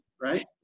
right